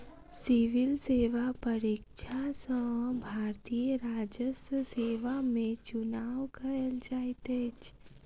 civil सेवा परीक्षा सॅ भारतीय राजस्व सेवा में चुनाव कयल जाइत अछि